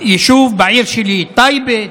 בעיר שלי טייבה,